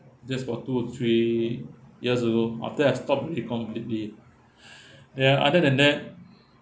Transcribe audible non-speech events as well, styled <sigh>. just for two or three years ago after I stopped already completely <breath> then other than that